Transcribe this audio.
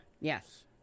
Yes